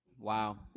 Wow